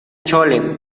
chole